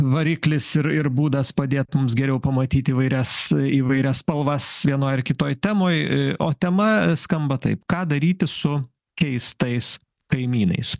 variklis ir ir būdas padėt mums geriau pamatyt įvairias įvairias spalvas vienoj ar kitoj temoj o tema skamba taip ką daryti su keistais kaimynais